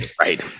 Right